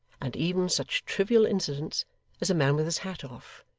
and even such trivial incidents as a man with his hat off,